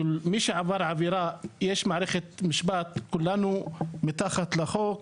כי מי שעבר עבירה יש מערכת משפט, כולנו מתחת לחוק.